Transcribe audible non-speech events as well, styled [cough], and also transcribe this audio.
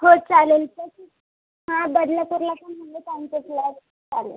हो चालेल तसंच हा बदलापूरला पण म्हणजे आमचे फ्लॅटस् [unintelligible]